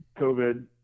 COVID